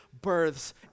births